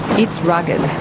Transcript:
it's rugged,